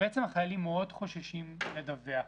ובעצם החיילים מאוד חוששים לדווח.